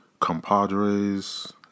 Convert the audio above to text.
compadres